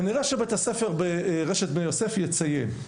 כנראה שבית הספר ברשת בית יוסף יציין.